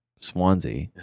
Swansea